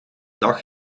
dag